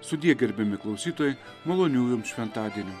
sudie gerbiami klausytojai malonių jum šventadienių